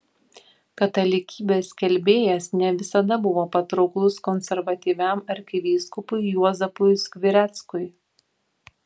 katalikybės skelbėjas ne visada buvo patrauklus konservatyviam arkivyskupui juozapui skvireckui